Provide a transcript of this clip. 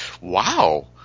wow